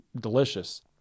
delicious